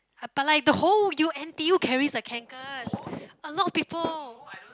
but like the whole U_N N_T_U carries the Kanken a lot of people